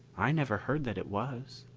i never heard that it was.